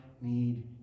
need